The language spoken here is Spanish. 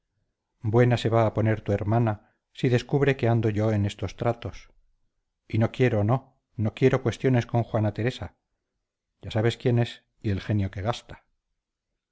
buena se va a poner tu hermana si descubre que ando yo en estos tratos y no quiero no no quiero cuestiones con juana teresa ya sabes quién es y el genio que gasta